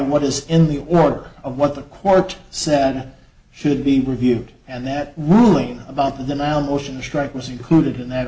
what is in the order of what the court said should be reviewed and that ruling about the amount motions strike was included in that